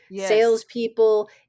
Salespeople